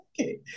Okay